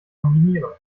kombinieren